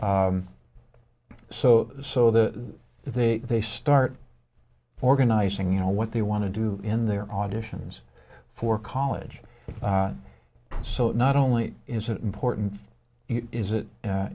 so so the they they start organizing you know what they want to do in their auditions for college so not only is it important is it